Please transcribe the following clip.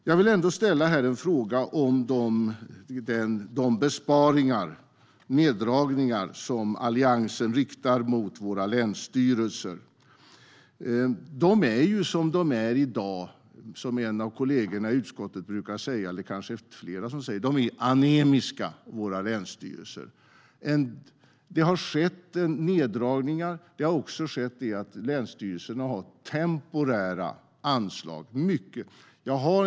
Jag vill ändå ställa en fråga här om de besparingar och neddragningar som Alliansen riktar mot våra länsstyrelser. I dag är våra länsstyrelser anemiska, som en av kollegorna i utskottet eller kanske fler brukar säga. Det har skett neddragningar. Det som också har skett är att länsstyrelserna har mycket temporära anslag.